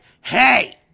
hey